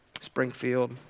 Springfield